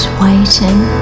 waiting